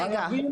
רגע,